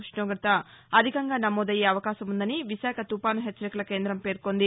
ఉష్ణోగత అధికంగా నమోదయ్యే అవకాశముందని విశాఖ తుపాను హెచ్చరికల కేందం పేర్కొంది